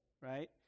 right